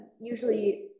usually